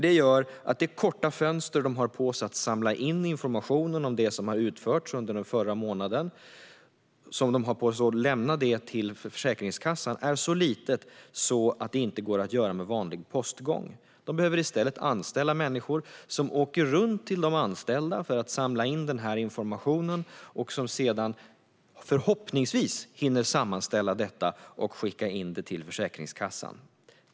Det fönster bolagen har på sig att samla in informationen om det arbete som har utförts under den förra månaden och lämna till Försäkringskassan är så litet att det inte går att göra med vanlig postgång. De måste i stället anställa människor som åker runt till de anställda för att samla in informationen och sedan, förhoppningsvis, hinna sammanställa och skicka in till Försäkringskassan.